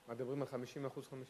מדברים על 50%?